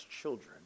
children